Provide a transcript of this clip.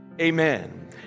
Amen